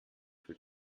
für